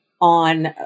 on